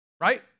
Right